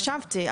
הקשבתי,